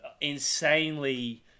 insanely